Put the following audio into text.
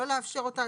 לא לאפשר אותה?